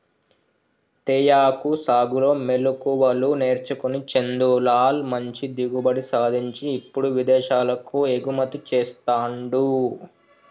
తేయాకు సాగులో మెళుకువలు నేర్చుకొని చందులాల్ మంచి దిగుబడి సాధించి ఇప్పుడు విదేశాలకు ఎగుమతి చెస్తాండు